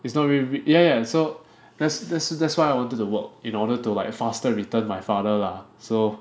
it's not really yeah yeah so that's that's why I wanted to work in order to like faster return my father lah so